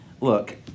Look